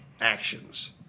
actions